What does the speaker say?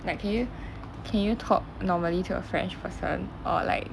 like can you can you talk normally to a french person or like